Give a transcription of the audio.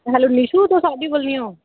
hello Nishu तुस audible निं ओ